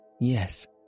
Yes